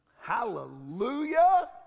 Hallelujah